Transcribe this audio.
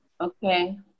okay